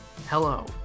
Hello